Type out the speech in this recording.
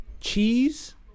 Cheese